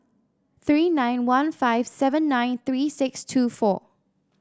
three nine one five seven nine three six two four